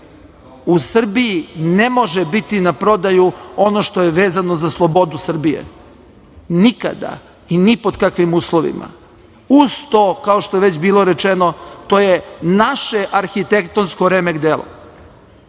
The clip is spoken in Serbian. u Srbiji ne može biti na prodaju ono što je vezano za slobodu Srbije, nikada i ni pod kakvim uslovima, uz to kao što je već bilo rečeno, to je naše arhitektonsko remek delo.